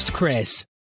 Chris